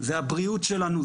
זה הבריאות שלנו,